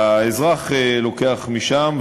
והאזרח לוקח משם,